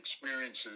experiences